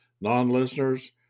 Non-listeners